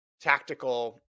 tactical